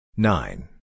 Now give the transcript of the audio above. Nine